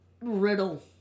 Riddle